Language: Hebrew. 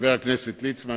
חבר הכנסת ליצמן,